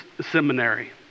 seminary